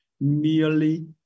merely